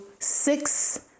six